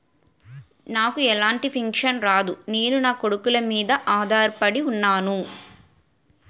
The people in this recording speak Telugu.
నాకు ఎలాంటి పెన్షన్ రాదు నేను నాకొడుకుల మీద ఆధార్ పడి ఉన్నాను